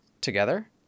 together